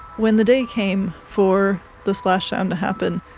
when the day came for the splashdown to happen,